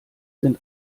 sind